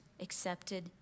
accepted